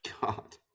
God